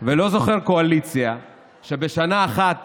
ולא זוכר קואליציה שבשנה אחת